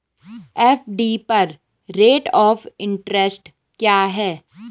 FD पर rate of interest क्या है?